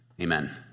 Amen